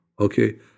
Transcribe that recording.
Okay